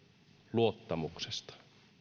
luottamuksesta